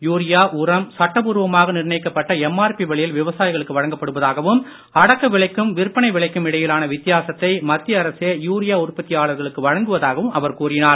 urea உரம் சட்ட பூர்வமாக நிர்ணயிக்கப்பட்ட எம்ஆர்பி விலையில் விவசாயிகளுக்கு வழங்கப் படுவதாகவும் அடக்க விலைக்கும் விற்பனை விலைக்கும் இடையிலான வித்தியாசத்தை யூரியா உற்பத்தியாளர்களுக்கு வழங்குவதாகவும் அவர் கூறினார்